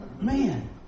Man